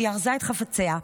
היא ארזה את חפציה,